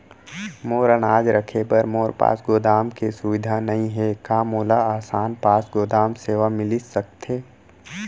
मोर अनाज रखे बर मोर पास गोदाम के सुविधा नई हे का मोला आसान पास गोदाम सेवा मिलिस सकथे?